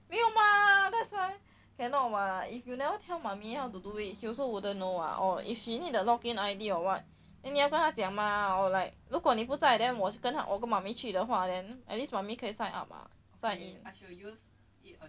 没有 mah that's why cannot what if you never 妈咪 how to do it she also wouldn't know [what] or if she need the login I_D or what then 你要跟他讲 mah or like 如果你不再 then 我是跟我跟妈咪去的话 then at least 妈咪可以 sign up [what] but